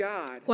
God